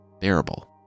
bearable